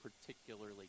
particularly